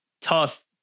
tough